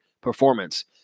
performance